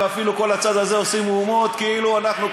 ואפילו כל הצד הזה עושים מהומות כאילו אנחנו,